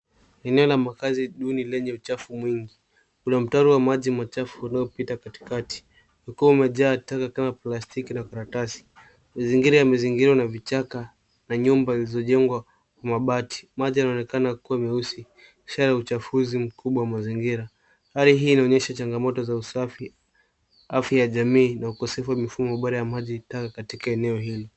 Eneo la makazi duni lenye uchafu mwingi. Kuna mtaro wa maji machafu unaopita katikati, huku umejaa taka kama plastiki na karatasi. Mazingira yamezingirwa una vichaka na nyumba zilizojengwa mabati. Maji yanaonekana kuwa meusi, ishara ya uchafuzi mkubwa wa mazingira. Hali hii inaonyesha changamoto za usafi, afya ya jamii na ukosefu wa mifumo bora ya maji katika eneo hili.